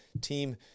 team